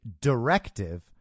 directive